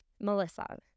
Melissa